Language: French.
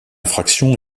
infraction